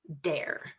dare